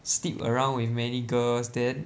sleep around with many girls then